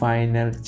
Final